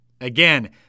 Again